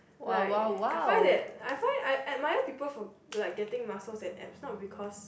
like I find that I find I admire people from like getting muscles and abs not because